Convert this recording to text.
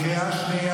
את בקריאה שנייה,